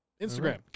Instagram